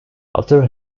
after